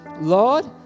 Lord